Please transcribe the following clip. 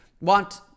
Want